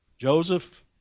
Joseph